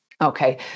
Okay